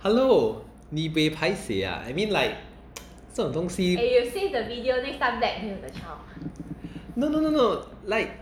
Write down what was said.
hello 你 buay paiseh ah I mean like 这种东西 no no no no like